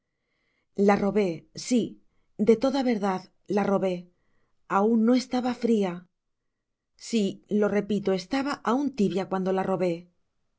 la robé si de toda verdad la robé aun no estaba fria si lo repito estaba aun tibia cuando la robé